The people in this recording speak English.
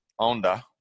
Onda